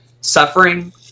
suffering